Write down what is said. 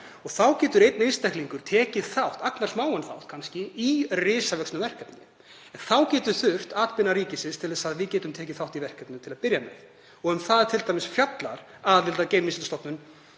Þá getur einn einstaklingur tekið þátt, agnarsmáan þátt kannski, í risavöxnu verkefni. Þá getur þurft atbeina ríkisins til þess að við getum tekið þátt í verkefnum til að byrja með og um það t.d. fjallar aðild að Geimvísindastofnun